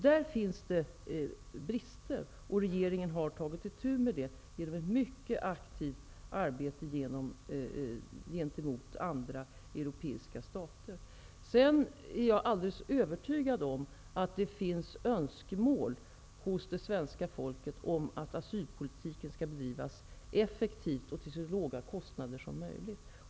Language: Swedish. Där finns det brister, som regeringen nu har tagit itu med genom ett mycket aktivt arbete gentemot andra europeiska stater. Jag är alldeles övertygad om att det finns önskemål hos det svenska folket om att asylpolitiken skall bedrivas effektivt och till så låga kostnader som möjligt.